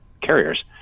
carriers